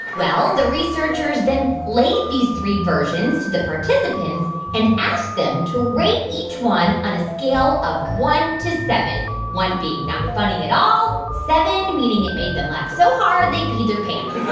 well, the researchers then played these three versions to the participants and asked them to rate each one on a scale of one to seven one being not funny at all, seven meaning it made them laugh so hard they peed their pants.